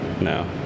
no